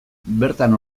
bertan